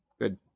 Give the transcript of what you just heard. Good